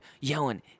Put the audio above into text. yelling